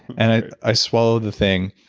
and i i swallow the thing,